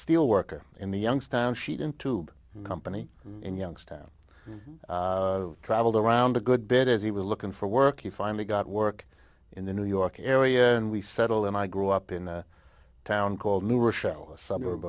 steel worker in the youngstown sheet and tube company in youngstown traveled around a good bit as he was looking for work he finally got work in the new york area and we settle in i grew up in a town called new rochelle a suburb